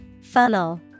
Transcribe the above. Funnel